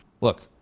Look